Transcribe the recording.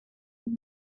شجاع